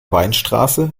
weinstraße